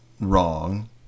wrong